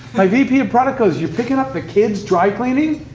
my vp of product goes, you're picking up the kid's dry-cleaning?